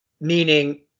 meaning